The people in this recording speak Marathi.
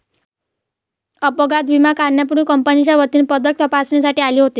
अपघात विमा काढण्यापूर्वी कंपनीच्या वतीने पथक तपासणीसाठी आले होते